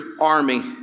army